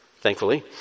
thankfully